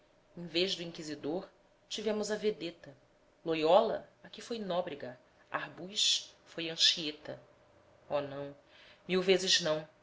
em vez do inquisidor tivemos a vedeta loiola aqui foi nóbrega arbues foi anchieta oh não mil vezes nãol